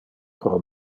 pro